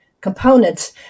components